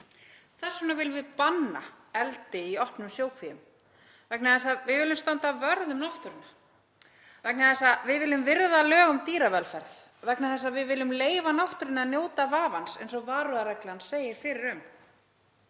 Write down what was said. Þess vegna viljum við banna eldi í opnum sjókvíum vegna þess að við viljum standa vörð um náttúruna, vegna þess að við viljum virða lög um dýravelferð, vegna þess að við viljum leyfa náttúrunni að njóta vafans eins og varúðarreglan segir fyrir um